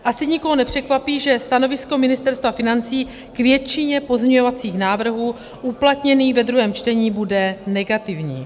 Asi nikoho nepřekvapí, že stanovisko Ministerstva financí k většině pozměňovacích návrhů uplatněných ve druhém čtení bude negativní.